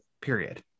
period